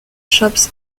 shops